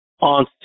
On